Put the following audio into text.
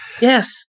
yes